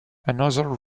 another